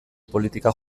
politikak